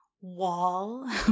wall